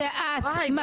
אם